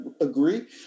agree